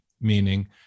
meaning